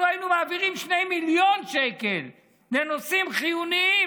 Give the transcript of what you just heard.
אנחנו היינו מעבירים 2 מיליון שקל לנושאים חיוניים,